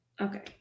Okay